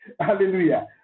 Hallelujah